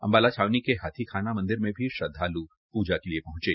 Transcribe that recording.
अम्बाला छावनी के हाथी लाना मंदिर में श्रद्वालू पूजा के लिए पहंचे